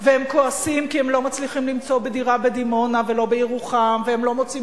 והם כועסים כי הם לא מצליחים למצוא דירה בדימונה ולא בירוחם והם לא מוצאים